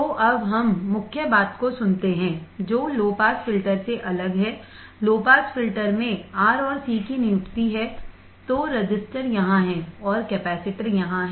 तो अब हम मुख्य बात को सुनते हैं जो लो पास फिल्टर से अलग हैलो पास फिल्टर में R और C की नियुक्ति है तो रजिस्टर यहां है और कैपेसिटर यहां है